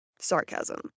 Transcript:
sarcasm